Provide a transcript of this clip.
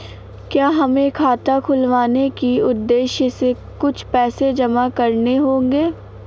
क्या हमें खाता खुलवाने के उद्देश्य से कुछ पैसे जमा करने होंगे?